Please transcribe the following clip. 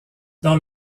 dans